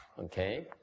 Okay